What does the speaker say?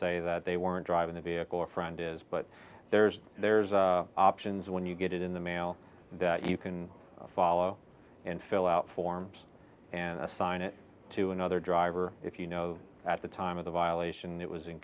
say that they weren't driving the vehicle or friend is but there's there's a options when you get it in the mail that you can follow and fill out forms and assign it to another driver if you know at the time of the violation it was in